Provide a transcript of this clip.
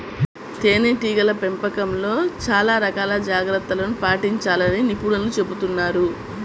తేనెటీగల పెంపకంలో చాలా రకాల జాగ్రత్తలను పాటించాలని నిపుణులు చెబుతున్నారు